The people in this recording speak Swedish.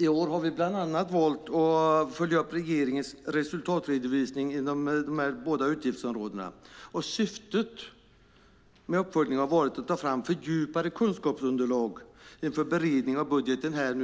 I år har vi bland annat valt att följa upp regeringens resultatredovisning inom de båda utgiftsområdena. Syftet med uppföljningen har varit att ta fram fördjupade kunskapsunderlag inför beredningen av budgeten för